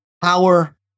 power